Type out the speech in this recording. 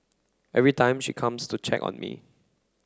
every time she comes to check on me